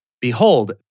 Behold